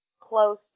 close